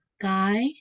Guy